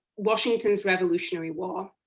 washington's revolutionary war.